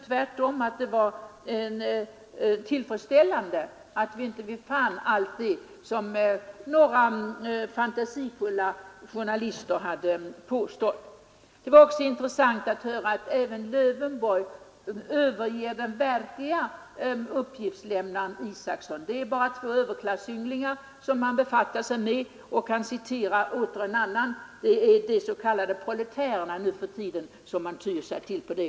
Tvärtom var det tillfredsställande att inte finna allt det som fantasifulla journalister hade påstått. Det var intressant att höra att även herr Lövenborg överger den verklige uppgiftslämnaren Isacson medan han befattar sig med två överklassynglingar och citerar ytterligare en. Det är de proletärer som vpk nu för tiden tyr sig till.